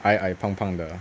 矮矮胖胖的